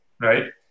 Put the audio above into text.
right